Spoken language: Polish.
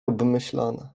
obmyślane